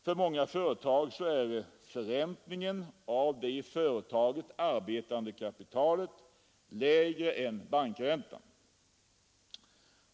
För många företag är förräntningen av det i företaget arbetande kapitalet lägre än bankräntan.